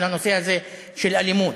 בנושא הזה של אלימות,